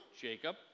Jacob